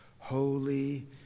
Holy